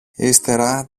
ύστερα